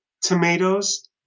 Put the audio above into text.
tomatoes